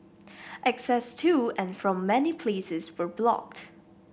access to and from many places were blocked